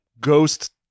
ghost